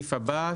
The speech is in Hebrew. הסעיף הבא,